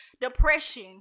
depression